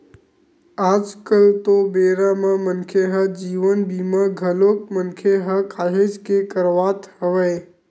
आज कल तो बेरा म मनखे ह जीवन बीमा घलोक मनखे ह काहेच के करवात हवय